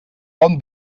bon